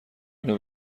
اینو